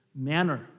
manner